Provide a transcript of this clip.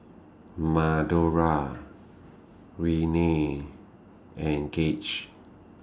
Madora Renea and Gage